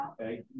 Okay